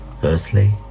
Firstly